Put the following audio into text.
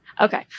Okay